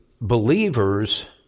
believers